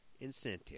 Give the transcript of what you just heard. incentive